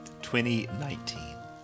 2019